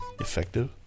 effective